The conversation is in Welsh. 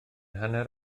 hanner